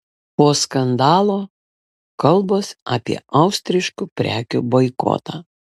po skandalo kalbos apie austriškų prekių boikotą